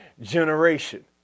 generation